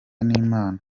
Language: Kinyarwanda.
n’imana